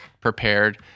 prepared